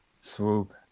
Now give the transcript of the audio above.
Swoop